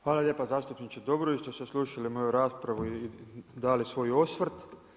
Hvala lijepa zastupniče Dobrović što ste saslušali moju raspravu i dali svoj osvrt.